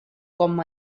com